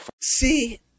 See